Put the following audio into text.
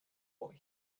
what